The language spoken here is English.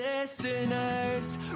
listeners